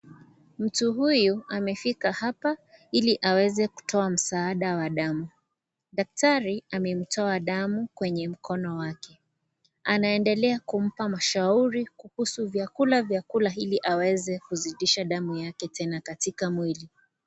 Mtu huyu, amefika hapa ili aweze kutoa msaada wa damu. Daktari, amemtoa damu kwenye mkono wake. Anaendelea kumpa mashauri kuhusu vyakula vya kula ili aweze kuzidisha damu yake tena katika mwili.